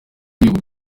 ibihugu